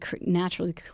naturally